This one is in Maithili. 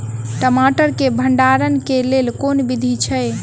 टमाटर केँ भण्डारण केँ लेल केँ विधि छैय?